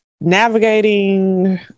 navigating